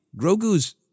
grogu's